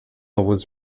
was